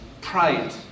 pride